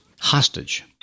hostage